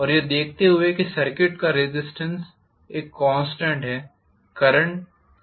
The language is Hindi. और यह देखते हुए कि सर्किट का रेज़िस्टेन्स एक कॉन्स्टेंट है करंट कॉन्स्टेंट रह सकता है